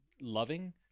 loving